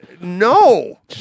No